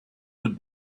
would